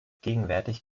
gegenwärtig